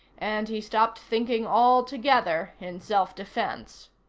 and he stopped thinking altogether in self-defense.